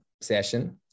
session